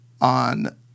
on